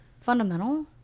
fundamental